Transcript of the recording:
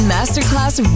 Masterclass